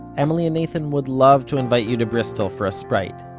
emily and nathan would love to invite you to bristol for a sprite,